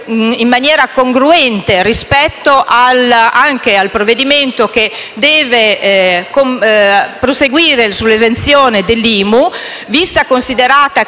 Grazie,